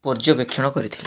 ପର୍ଯ୍ୟବେକ୍ଷଣ କରିଥିଲେ